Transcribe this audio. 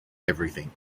everything